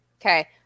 Okay